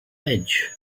edge